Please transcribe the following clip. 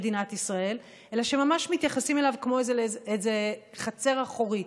אלא שממש מתייחסים אליו כמו אל איזו חצר אחורית.